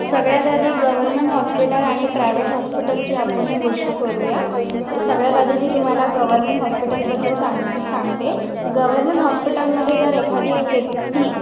सगळ्यात आधी government hospital आणि प्रायव्हेट हॉस्पिटलची आपण गोष्ट करूया तर सगळ्यात आधी मी तुम्हाला गव्हर्मेंट हॉस्पिटलबद्दल सांग सांगते गव्हर्मेंट हॉस्पिटलमध्ये जर एखादी व्यक्ती